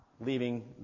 leaving